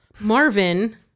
Marvin